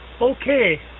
Okay